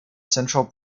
central